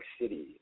City